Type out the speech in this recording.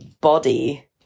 body